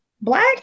Black